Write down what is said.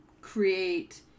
create